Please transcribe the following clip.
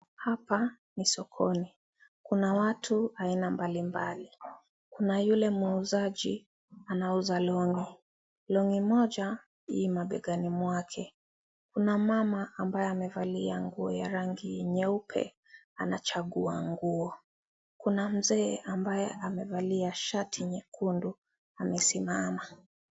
Hapa ni sokoni, kuna watu aina mbalimbali. Kuna yule mwuuzaji anauza long'i, long'i moja ii mapegani mwake. Kuna mama ambaye amevalia nguo ya rangi nyeupe anachagua nguo. Kuna mzee ambaye amevalia shati nyekundu amesimama.